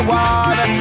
one